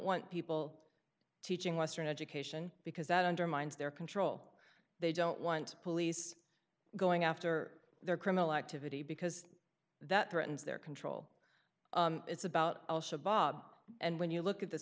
want people to ching western education because that undermines their control they don't want police going after their criminal activity because that threatens their control it's about al shabaab and when you look at this